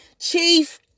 Chief